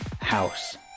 House